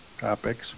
topics